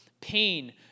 pain